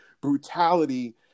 brutality